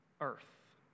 earth